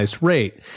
rate